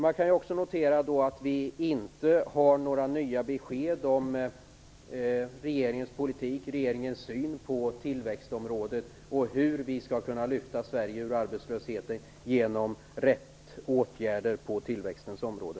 Man kan också notera att vi inte har några nya besked om regeringens politik och syn på tillväxtområdet och hur vi skall lyfta Sverige ur arbetslösheten genom rätt åtgärder på tillväxtens område.